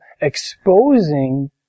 exposing